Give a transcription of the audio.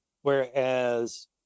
Whereas